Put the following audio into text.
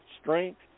strength